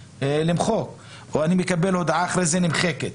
למחוק או שאני מקבל הודעה והיא נמחקת